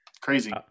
crazy